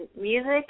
Music